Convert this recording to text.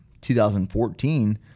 2014